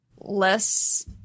less